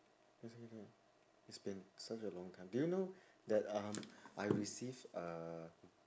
it's been such a long time do you know that um I received uh